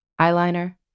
eyeliner